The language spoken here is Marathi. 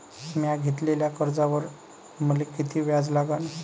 म्या घेतलेल्या कर्जावर मले किती व्याज लागन?